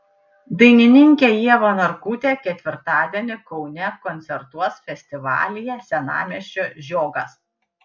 dainininkė ieva narkutė ketvirtadienį kaune koncertuos festivalyje senamiesčio žiogas